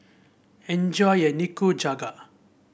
enjoy your Nikujaga